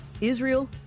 Israel